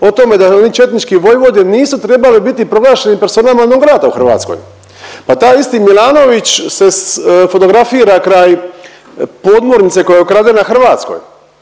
o tome da oni četnički vojvode nisu trebali biti proglašeni personama non grata u Hrvatskoj, pa taj isti Milanović se fotografira kraj podmornice koja je ukradena Hrvatskoj,